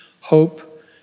hope